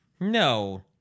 No